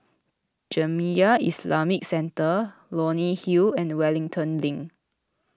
Jamiyah Islamic Centre Leonie Hill and Wellington Link